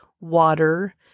water